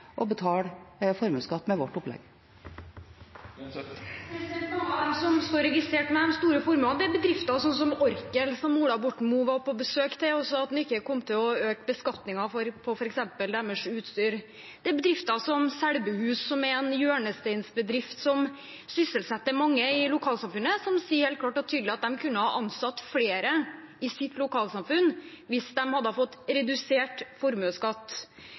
betale formuesskatt med vårt opplegg. Mange av dem som står registrert med de store formuene, er bedrifter som Orkel, som Ola Borten Moe var på besøk hos og sa at han ikke kom til å øke beskatningen for, f.eks. på utstyret deres. Det er bedrifter som Selbuhus, som er en hjørnestensbedrift som sysselsetter mange i lokalsamfunnet, og som sier helt klart og tydelig at de kunne ha ansatt flere i sitt lokalsamfunn hvis de hadde fått redusert formuesskatt.